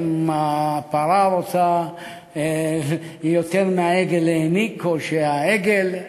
האם הפרה רוצה להיניק יותר מאשר העגל רוצה לינוק.